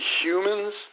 humans